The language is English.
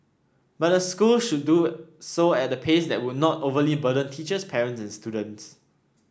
but the school should do so at a pace that would not overly burden teachers parents and students